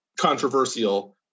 controversial